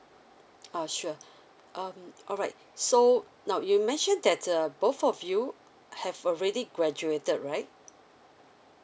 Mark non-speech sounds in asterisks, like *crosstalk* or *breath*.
ah sure *breath* um alright so now you mentioned that uh both of you have already graduated right